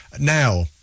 Now